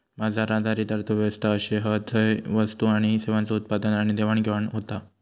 बाजार आधारित अर्थ व्यवस्था अशे हत झय वस्तू आणि सेवांचा उत्पादन आणि देवाणघेवाण होता